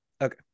okay